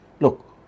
look